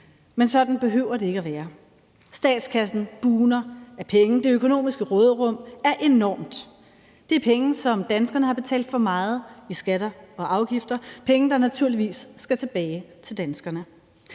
Men sådan behøver det ikke at være. Statskassen bugner af penge, det økonomiske råderum er enormt. Det er penge, som danskerne har betalt for meget i skatter og afgifter, penge, der naturligvis skal tilbage til danskerne.